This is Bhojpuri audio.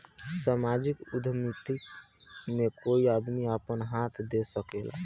सामाजिक उद्यमिता में कोई आदमी आपन हाथ दे सकेला